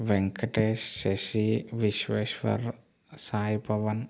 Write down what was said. Venkatesh Sashi Vishweshwar Saipavan